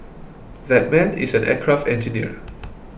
that man is an aircraft engineer